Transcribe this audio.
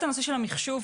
המחשוב,